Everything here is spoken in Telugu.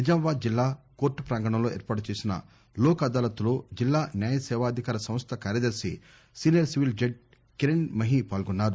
నిజామాబాద్ జిల్లా కోర్టు ప్రాంగణంలో ఏర్పాటు చేసిన లోక్ అదాలత్లో జిల్లా న్యాయసేవాధికార సంస్ల కార్యదర్శి senior civil judge Kiran Mahi పాల్గొన్నారు